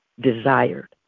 desired